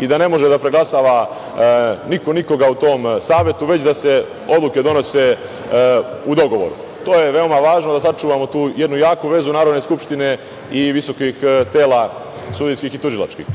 i da ne može da preglasava niko nikoga u tom savetu, već da se odluke donose u dogovoru. To je veoma važno da sačuvamo tu jednu jaku vezu između Narodne skupštine i visokih tela sudijskih i tužilačkih.